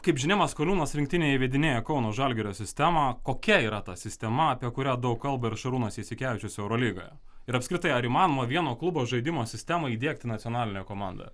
kaip žinia maskoliūnas rinktinėj įvedinėja kauno žalgirio sistemą kokia yra ta sistema apie kurią daug kalba ir šarūnas jasikevičius eurolygoje ir apskritai ar įmanoma vieno klubo žaidimo sistemai įdiegti nacionalinę komandą